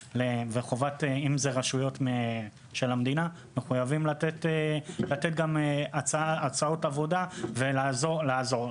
רשויות המדינה מחויבות לתת הצעות עבודה ולעזור לאנשים עם מוגבלויות.